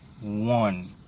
one